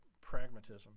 pragmatism